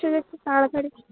যদি একটু তাড়াতাড়ি